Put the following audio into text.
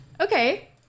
okay